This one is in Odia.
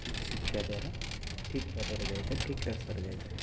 ଠିକ୍ ଶିକ୍ଷା ଦ୍ୱାରା ଠିକ୍ ବାଟରେ ଯାଇଥାଏ ଠିକ୍ ରାସ୍ତାରେ ଯାଇଥାଏ